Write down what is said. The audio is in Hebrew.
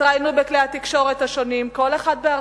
התראיינו בכלי התקשורת השונים, כל אחד בארצו,